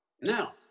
Now